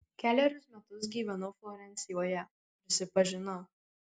kelerius metus gyvenau florencijoje prisipažinau